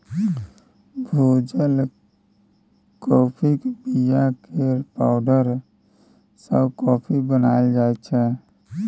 भुजल काँफीक बीया केर पाउडर सँ कॉफी बनाएल जाइ छै